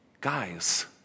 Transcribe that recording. guys